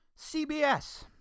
CBS